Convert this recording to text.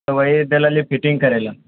ओएह दैलैलिऐ फिटिङ्ग करए ला